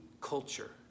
culture